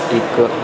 ਇੱਕ